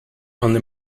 only